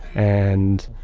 and